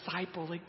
disciple